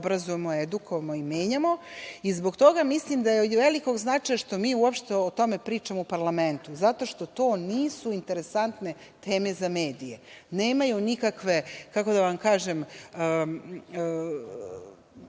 obrazujemo, edukujemo i menjamo.I zbog toga mislim da je od velikog značaja što mi uopšte o tome pričamo u parlamentu, zato što to nisu interesantne teme za medije, nemaju neke vesti u kojima